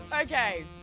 Okay